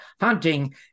hunting